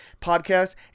podcast